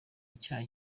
icyaha